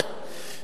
ברור.